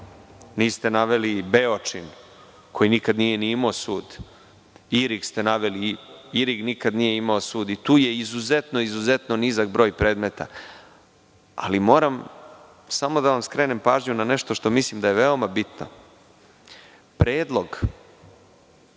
Niste naveli i Beočin koji nikada nije ni imao sud. Naveli ste Irig, a Irig nikada nije imao sud i tu je izuzetno nizak broj predmeta. Moram samo da vam skrenem pažnju na nešto što mislim da je veoma bitno. Predlog